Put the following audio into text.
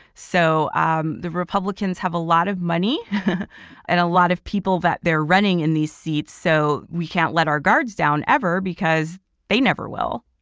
so um the republicans have a lot of money and a lot of people that they're running in these seats. so we can't let our guards down ever because they never will.